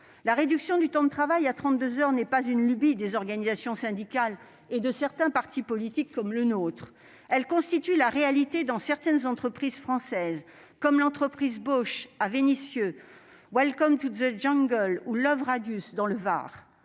La réduction du temps de travail à 32 heures n'est pas une lubie des organisations syndicales et de certains partis politiques, dont le nôtre. Elle constitue la réalité dans certaines entreprises françaises, comme Bosch à Vénissieux, Welcome to the Jungle ou Love Radius dans le Var.